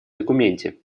документе